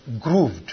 grooved